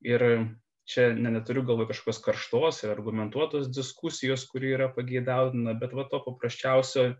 ir čia ne neturiu galvoj kažkas karštos ir argumentuotos diskusijos kuri yra pageidautina bet va to paprasčiausio